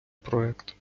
проект